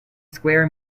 square